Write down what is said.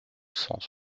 cent